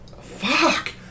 Fuck